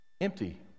empty